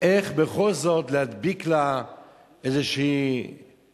איך בכל זאת להדביק לה איזה מעשה,